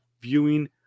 viewing